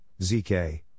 Zk